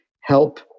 help